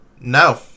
No